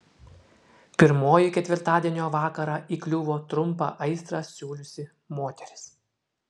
pirmoji ketvirtadienio vakarą įkliuvo trumpą aistrą siūliusi moteris